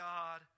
God